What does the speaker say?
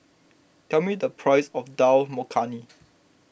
tell me the price of Dal Makhani